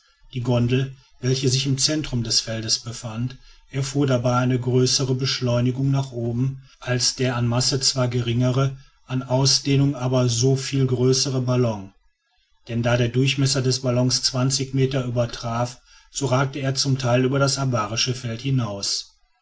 die gondel welche sich im zentrum des feldes befand erfuhr dabei eine größere beschleunigung nach oben als der an masse zwar geringere an ausdehnung aber soviel größere ballon denn da der durchmesser des ballons zwanzig meter übertraf so ragte er zum teil über das abarische feld hinaus